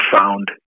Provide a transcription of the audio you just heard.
found